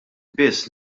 biss